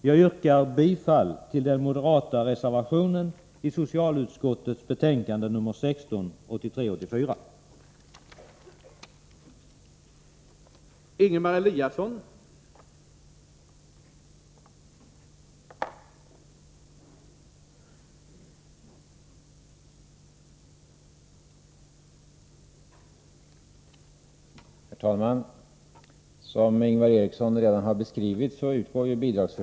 Jag yrkar bifall till den moderata reservationen i socialutskottets betänkande 1983/84:16.